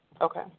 Okay